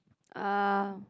uh